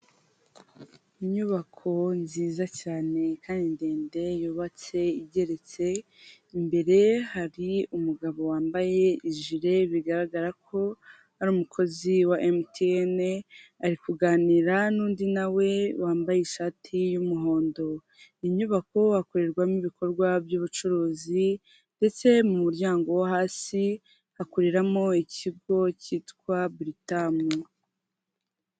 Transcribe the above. Inyubako nziza cyane kandi ndende yubatse igeretse, imbere hari umugabo wambaye ijire bigaragara ko ari umukozi wa MTN, ari kuganira n'undi nawe wambaye ishati y'umuhondo. Iyi nyubako hakorerwamo ibikorwa by'ubucuruzi ndetse mu muryango wo hasi hakoreramo ikigo kitwa Britam.